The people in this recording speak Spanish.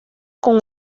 con